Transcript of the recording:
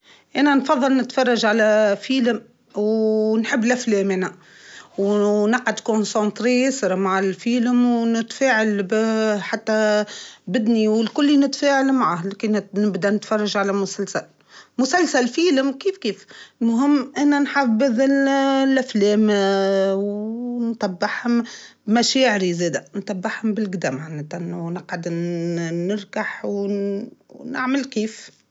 كنت قبل نحب قرائه الكتب أما لا لا طو لا ولايتي نحب الأفلام و المسلسلات نتفرج على الأفلام و المسلسلات على خاطر نقاش عندي وسعبال و هاكا نشد كتاب و نبدأ حتى نبدأ ساعات هاكا نحب نحاول إنا نبدأ مازلت هاكا وفي سانيه نمل فيسا فيسا نتعب فيسا نولي الله فيلم خالي.